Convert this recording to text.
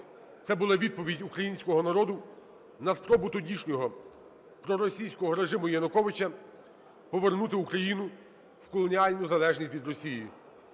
Це була відповідь українського народу на спробу тодішнього проросійського режиму Януковича повернути Україну в колоніальну залежність від Росії.